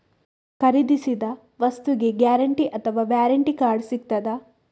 ಖರೀದಿಸಿದ ವಸ್ತುಗೆ ಗ್ಯಾರಂಟಿ ಅಥವಾ ವ್ಯಾರಂಟಿ ಕಾರ್ಡ್ ಸಿಕ್ತಾದ?